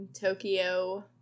tokyo